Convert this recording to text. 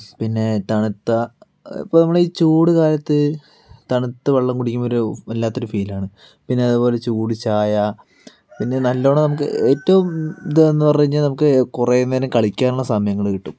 പിന്നെ തണുത്ത ഇപ്പോൾ നമ്മള് ഈ ചൂട് കാലത്ത് തണുത്ത വെള്ളം കുടിക്കുമ്പോൾ ഒരു വല്ലാത്തൊരു ഫീലാണ് പിന്നെ അതുപോലെ ചൂട് ചായ പിന്നെ നല്ലോണം നമുക്ക് ഏറ്റവും ഇതാന്ന് പറഞ്ഞ് കഴിഞ്ഞാൽ നമുക്ക് കുറെ നേരം കളിക്കാനുള്ള സമയങ്ങള് കിട്ടും